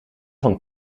van